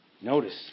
Notice